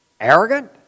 arrogant